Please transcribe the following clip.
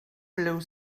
blue